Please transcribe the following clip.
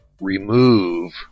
remove